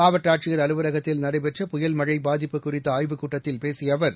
மாவட்ட ஆட்சியர் அலுவலகத்தில் நடைபெற்ற புயல் மழை பாதிப்பு குறித்த ஆய்வுக் கூட்டத்தில் பேசிய அவர்